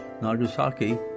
Nagasaki